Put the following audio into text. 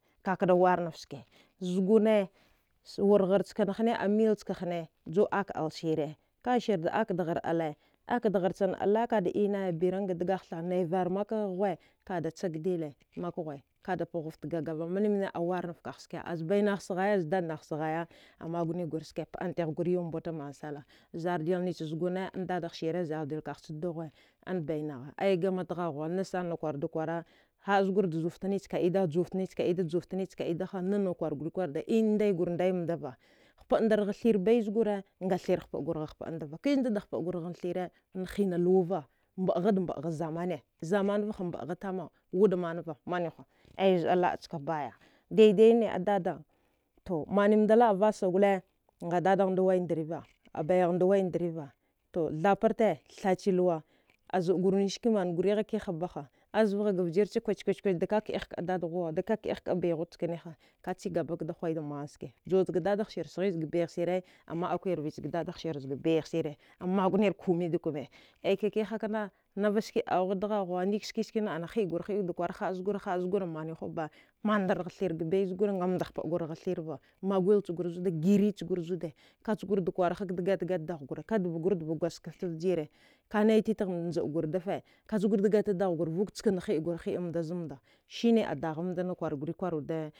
Ka ka de war nef ske sugune wargahr chika ne a milch kane ka juwa da ak ubelle shire, ka'a shire da ak deghare chine alle ka de inaye, degu bir nega, nay vara. Mafa wwe ka e da chegedi ke maga huwe kala da paghuw ff gagava mimma a warnanif kaghe ska az bay haghane gha saghaya, dad gh nagha saghaya, a magu ne gure ske a paden tigh gure yuwe mbufa man sala zar della zuguna ah dadheshire, zardill kagha ah bay ghnagha ai game dagharwa, deghau ghusa, ai ni na kuwar manda kuwara hala zugure juwa ff ske juwa ff kaide juwaff kaide juwaff kaida ha haha kurgri kurwde in day gir day mandva, hapandvgha thire baya zugure nga thire he hap gur hapavel mandva ki za manda de hapand gurgle thire an hina luwa va, mbad gha da mbdgha zamani, zaman vaha mbadghi tama, wde manva maniv ha ai za'a la'a chka baya, dai, dai ne a dade to, mani manda la'e vassa nga dadghamanda de way ndr wayira, a baye ghamamd da way ndr wayva de thaparte a thachi luwa a zegure nich la'a aze guvu ni ch sku man guri ghe? Kiha ba ha, kuch-kuch he de k'digh k'da dad ghewa ha de k'dighe k'da baye ghewa n chikine ha ka'e chigaba de juwa da man ske juwa chafa dad he shire zga baye ghe shire a ma akwi rive chaga dad ghesire ze bayeghe shire a maguw ne ske komai da komai ai ka'a kiha k'na ne va ske augha deghu ghuwa, ne va ske, ske hi e gur, hia wde ha'a zugure, ha'a zure mamu ha ba, manchr, thire ga baya zugure, nga manda hpandgure thir va, maguel chigare, gerer chiquere azudfa ka chigure ka'a da gatta-gatta dagh gune ka'a de ba gor ba gwasgirt vtre ka'a hai titghna da njagrofe kach gur da gatt-gatta dagh gure dvoke shina higur hi a mande a zmanda, shi ne dagh manda a vjir ha un zad, za gun vine-rive